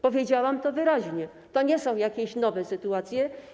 Powiedziałam to wyraźnie: to nie są jakieś nowe sytuacje.